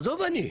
עזוב אותי.